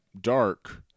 dark